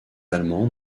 allemands